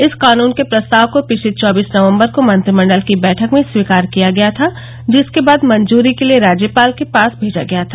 इस कानून के प्रस्ताव को पिछली चौबीस नवम्बर को मंत्रिमण्डल की बैठक में स्वीकार किया गया था जिसके बाद मंजूरी के लिये राज्यपाल के पास भेजा गया था